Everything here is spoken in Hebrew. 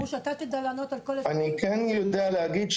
אני כן יודע להגיד,